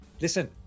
listen